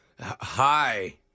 hi